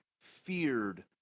feared